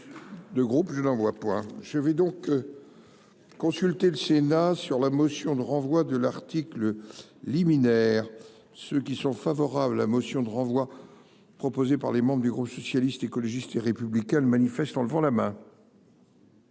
je vais donc. Consulter le Sénat sur la motion de renvoi de l'article liminaire, ceux qui sont favorables à la motion de renvoi. Proposée par les membres du groupe socialiste, écologiste et républicain le manifeste en levant la main.